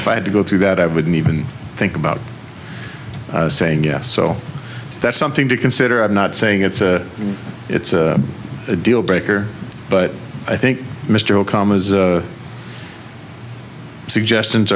if i had to go through that i wouldn't even think about saying yes so that's something to consider i'm not saying it's a it's a deal breaker but i think mr obama's suggestions